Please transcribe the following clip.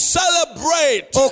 celebrate